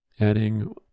adding